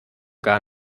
gar